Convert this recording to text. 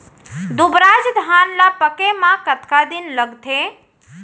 दुबराज धान ला पके मा कतका दिन लगथे?